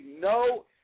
no